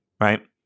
right